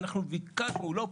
אנחנו ביקשנו, הוא לא פה.